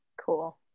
cool